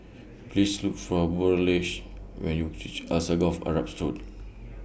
Please Look For Burleigh when YOU REACH Alsagoff Arab School